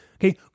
Okay